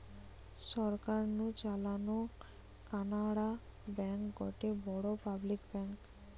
সরকার নু চালানো কানাড়া ব্যাঙ্ক গটে বড় পাবলিক ব্যাঙ্ক